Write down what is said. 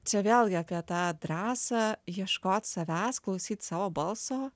čia vėlgi apie tą drąsą ieškot savęs klausyt savo balso